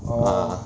ah